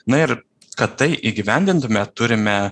na ir kad tai įgyvendintume turime